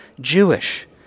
Jewish